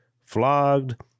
flogged